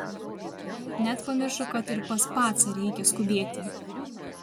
net pamiršo kad ir pas pacą reikia skubėti